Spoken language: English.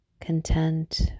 content